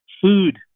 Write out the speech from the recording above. food